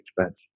expense